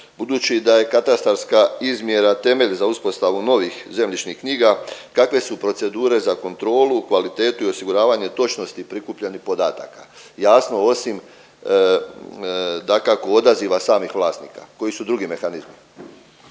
budući da je katastarska izmjera temelj za uspostavu novih zemljišnih knjiga. Kakve su procedure za kontrolu, kvalitetu i osiguravanje točnosti prikupljenih podataka? Jasno osim dakako odaziva samih vlasnika, koji su drugi mehanizmi.